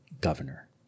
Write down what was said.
Governor